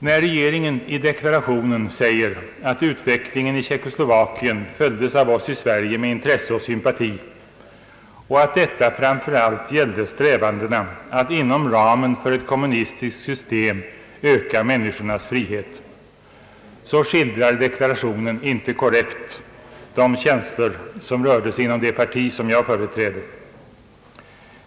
När regeringen i deklarationen säger att utvecklingen i Tjeckoslovakien följdes av oss i Sverige med intresse och sympati och att detta framför allt gällde strävandena att inom ramen för ett kommunistiskt system öka människornas frihet, skildrar deklarationen inte korrekt de känslor som rörde sig inom det parti jag företräder.